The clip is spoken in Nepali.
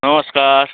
नमस्कार